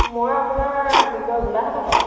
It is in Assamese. মই আপোনাৰ কি কয় গোলাঘাটৰ পৰা